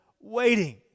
waiting